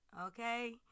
okay